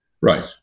Right